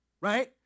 Right